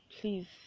please